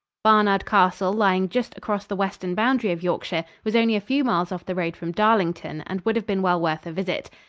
barnard castle, lying just across the western boundary of yorkshire, was only a few miles off the road from darlington, and would have been well worth a visit.